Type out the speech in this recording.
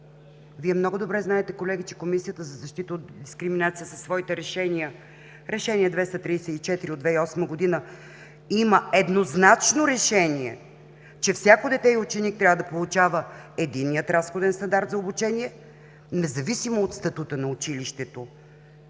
много добре знаете, че Комисията за защита от дискриминация със своите решения: Решение 234 от 2008 г. има еднозначно решение, че всяко дете и ученик трябва да получава единния разходен стандарт за обучение, независимо от статута на училището.